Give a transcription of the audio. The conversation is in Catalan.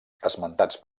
esmentats